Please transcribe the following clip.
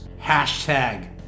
Hashtag